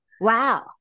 wow